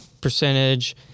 percentage